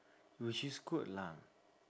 which is good lah